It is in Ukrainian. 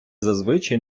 зазвичай